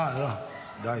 לא, לא, די.